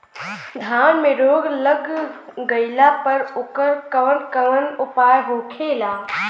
धान में रोग लग गईला पर उकर कवन कवन उपाय होखेला?